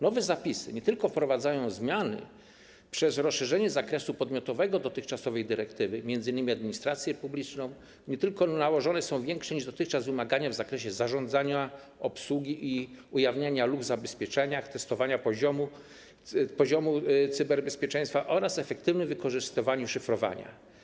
Nowe zapisy nie tylko wprowadzają zmiany przez rozszerzenie zakresu podmiotowego dotychczasowej dyrektywy, m.in. administrację publiczną, nie tylko nałożone są większe niż dotychczas wymagania w zakresie zarządzania, w zakresie obsługi i ujawniania luk w zabezpieczeniach, testowania poziomu cyberbezpieczeństwa oraz efektywnego wykorzystywania szyfrowania.